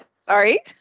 sorry